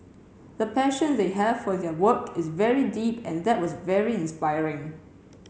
the passion they have for their work is very deep and that was very inspiring